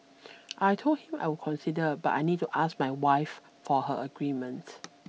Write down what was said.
I told him I would consider but I need to ask my wife for her agreement